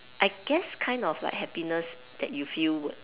I guess kind of like happiness that you feel